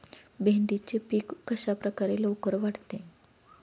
भेंडीचे पीक कशाप्रकारे लवकर वाढते?